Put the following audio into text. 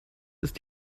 ist